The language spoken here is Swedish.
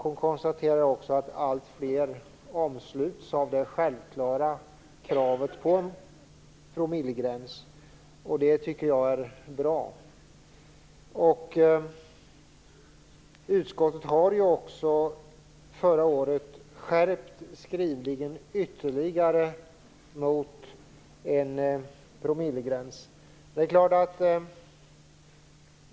Hon konstaterar också att alltfler omsluts av det självklara kravet på en promillegräns. Det tycker jag är bra. Utskottet skärpte också förra året skrivningen ytterligare på väg mot en promillegräns.